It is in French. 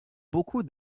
beaucoup